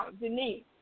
Denise